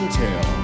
tell